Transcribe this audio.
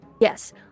Yes